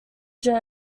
joe